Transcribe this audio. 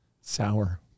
sour